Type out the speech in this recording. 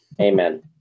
Amen